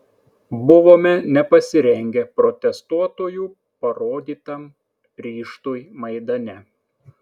buvome nepasirengę protestuotojų parodytam ryžtui maidane